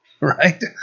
right